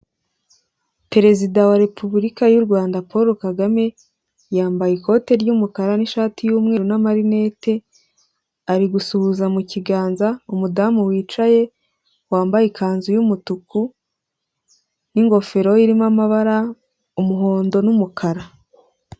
Perezida wa repubulika y'u Rwanda Paul Kagame yambaye ikote ry'umukara n'ishati y'umweru n'amarinete, ari gusuhuza mu kiganza umudamu wicaye wambaye ikanzu y'umutuku n'ingofero ye irimo amabara umuhondo n'umukara.